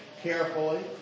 carefully